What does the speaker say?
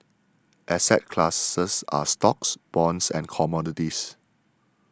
asset classes are stocks bonds and commodities